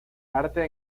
arte